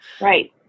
Right